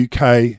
UK